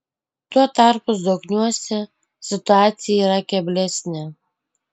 tuo tarpu zokniuose situacija yra keblesnė